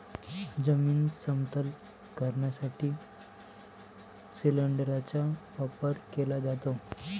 जमीन समतल करण्यासाठी सिलिंडरचा वापर केला जातो